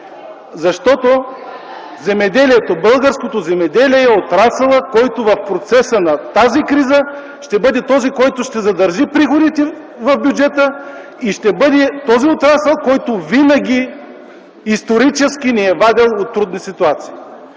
Защото българското земеделие е отрасълът, който в процеса на тази криза ще бъде този отрасъл, който ще задържи приходите в бюджета, ще бъде този отрасъл, който винаги исторически ни е вадил от трудни ситуации.